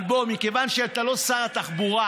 אבל בוא, מכיוון שאתה לא שר התחבורה